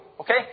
Okay